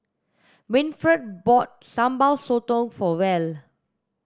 Winfred bought sambal sotong for Val